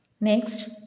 Next